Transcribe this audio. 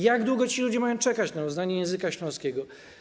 Jak długo ci ludzie mają czekać na uznanie języka śląskiego?